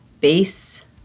base